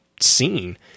scene